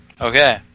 Okay